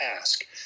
ask